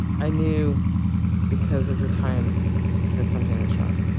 i knew because of the time that something was wrong.